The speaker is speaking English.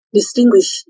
distinguish